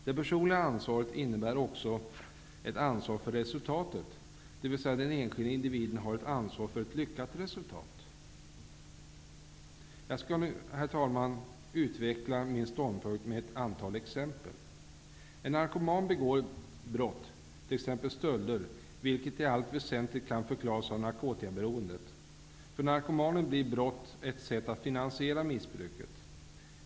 Det personliga ansvaret innebär också ett ansvar för resultatet, dvs. den enskilde individen har ett ansvar för ett lyckat resultat. Jag skall nu, herr talman, utveckla min ståndpunkt med ett antal exempel. En narkoman begår brott, t.ex. stölder, vilket i allt väsentligt kan förklaras av narkotikaberoendet. För narkomanen blir brott ett sätt att finansiera missbruket.